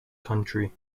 country